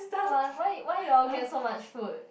!wah! why why you all get so much food